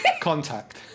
contact